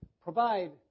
provide